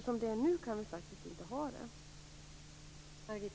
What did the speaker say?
Som det är nu kan vi faktiskt inte ha det.